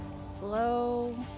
Slow